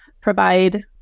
provide